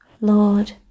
Lord